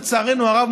לצערנו הרב,